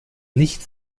nicht